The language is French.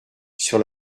sur